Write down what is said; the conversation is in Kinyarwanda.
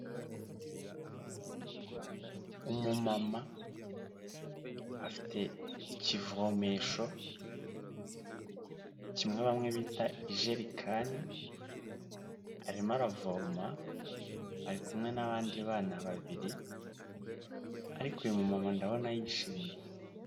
Umumama afite ikivomesho kimwe bamwe bita ijerikani, arimo aravoma ari kumwe n'abandi bana babiri ariko uyu mumama ndabona yishi...